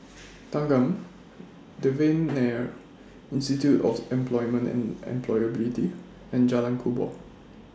Thanggam Devan Nair Institute of Employment and Employability and Jalan Kubor